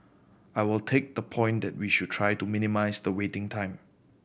I will take the point that we should try to minimise the waiting time